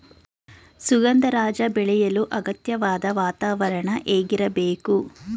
ಸುಗಂಧರಾಜ ಬೆಳೆಯಲು ಅಗತ್ಯವಾದ ವಾತಾವರಣ ಹೇಗಿರಬೇಕು?